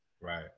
Right